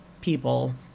people